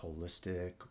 holistic